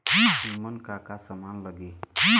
ईमन का का समान लगी?